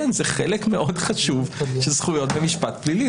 כן, זה חלק מאוד חשוב של זכויות במשפט פלילי.